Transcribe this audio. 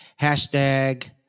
Hashtag